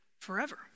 forever